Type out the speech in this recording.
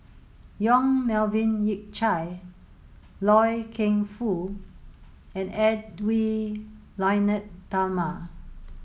Yong Melvin Yik Chye Loy Keng Foo and Edwy Lyonet Talma